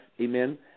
amen